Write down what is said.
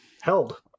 held